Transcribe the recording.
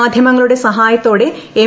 മാധ്യമങ്ങളുടെ സഹായത്തോടെ എം